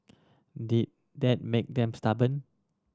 did that make them stubborn